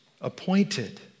appointed